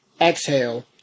exhale